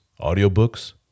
audiobooks